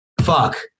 fuck